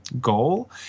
goal